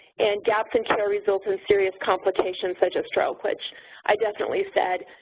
and gaps in care results in serious complications, such as stroke, which i definitely said.